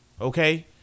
Okay